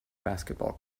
basketball